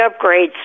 upgrades